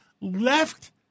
left